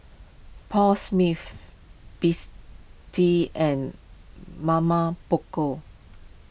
Paul Smith Besty and Mama Poko